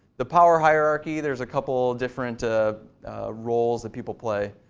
the power hierarchy, there's a couple of different ah roles that people play.